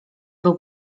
był